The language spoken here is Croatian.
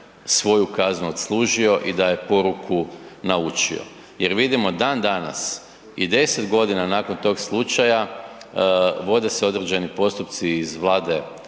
svoju kaznu odslužio i da je poruku naučio, jer vidimo dan danas i 10.g. nakon tog slučaja, vode se određeni postupci iz Vlade